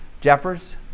Jeffers